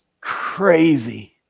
crazy